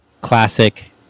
Classic